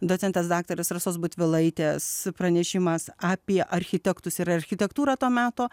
docentės daktarės rasos butvilaitės pranešimas apie architektus ir architektūrą to meto